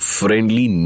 friendly